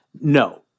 no